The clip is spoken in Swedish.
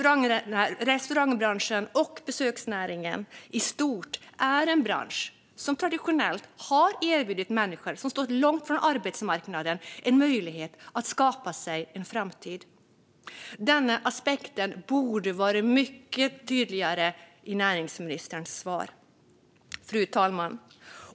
Restaurangbranschen och besöksnäringen i stort är branscher som traditionellt har erbjudit människor som stått långt från arbetsmarknaden en möjlighet att skapa sig en framtid. Den aspekten borde ha varit mycket tydligare i näringsministerns svar. Fru talman!